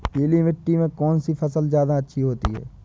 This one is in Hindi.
पीली मिट्टी में कौन सी फसल ज्यादा अच्छी होती है?